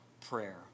prayer